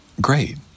great